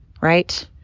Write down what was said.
Right